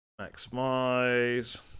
maximize